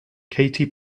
katy